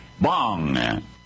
Bong